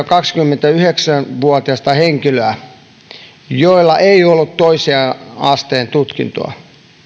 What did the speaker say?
kaksikymmentäyhdeksän vuotiasta henkilöä joilla ei ollut toisen asteen tutkintoa